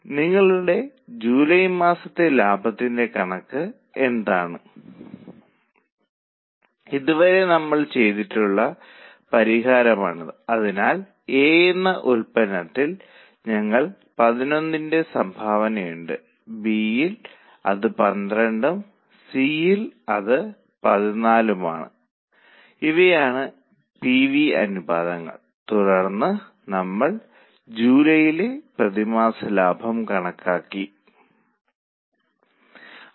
അതിനനുസരിച്ച് ലാഭവിവരം എങ്ങനെ മാറും ഇതാണ് നമ്മൾ പഠിക്കേണ്ടത് നിങ്ങൾക്ക് പ്രിന്റ് ഔട്ട് കിട്ടിയെന്ന് കരുതുന്നു ഇല്ലെങ്കിൽ ദയവായി പ്രിന്റൌട്ട് ഉടൻ എടുത്ത് എന്നോടൊപ്പം ഇരുന്നു പ്രശ്നം പരിഹരിക്കാൻ ശ്രമിക്കുക